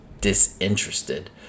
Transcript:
disinterested